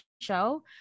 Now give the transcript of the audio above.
show